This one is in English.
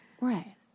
right